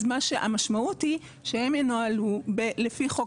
אז המשמעות היא שהם ינוהלו לפי חוק